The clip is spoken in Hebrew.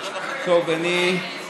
גם שתיקה, וגם יפה תלמוד תורה עם דרך